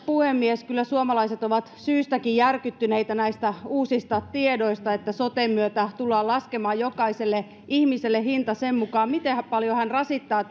puhemies kyllä suomalaiset ovat syystäkin järkyttyneitä näistä uusista tiedoista että soten myötä tullaan laskemaan jokaiselle ihmiselle hinta sen mukaan miten paljon hän rasittaa